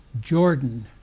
Jordan